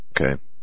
Okay